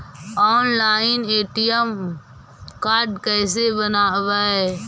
Online ATM card कैसे बनाबौ?